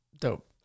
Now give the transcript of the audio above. Dope